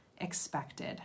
expected